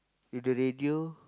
with the radio